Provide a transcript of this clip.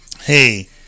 hey